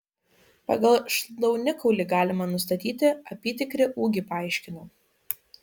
pagal šlaunikaulį galima nustatyti apytikrį ūgį paaiškinau